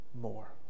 more